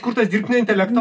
kurtas dirbtinio intelekto